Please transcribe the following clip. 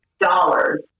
Dollars